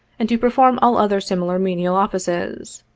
and to perform all other similar menial offices.